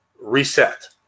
reset